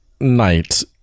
night